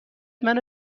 منو